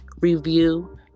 review